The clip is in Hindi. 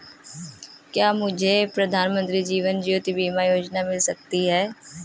क्या मुझे प्रधानमंत्री जीवन ज्योति बीमा योजना मिल सकती है?